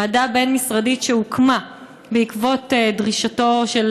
ועדה בין-משרדית שהוקמה בעקבות דרישתו של